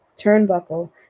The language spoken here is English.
turnbuckle